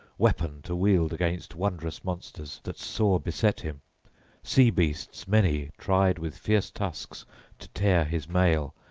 weapon to wield against wondrous monsters that sore beset him sea-beasts many tried with fierce tusks to tear his mail,